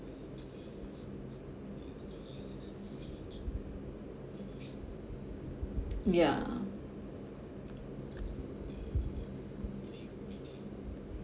ya